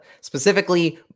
specifically